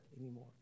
anymore